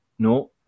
No